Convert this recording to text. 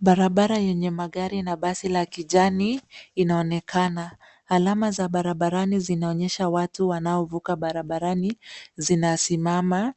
Barabara yenye magari na basi la kijani inaonekana. Alama za barabarani zinaonyesha watu wanaovuka barabarani zinasimama